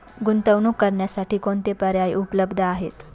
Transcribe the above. गुंतवणूक करण्यासाठी कोणते पर्याय उपलब्ध आहेत?